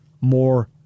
more